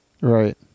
right